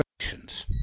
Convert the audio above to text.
actions